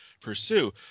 pursue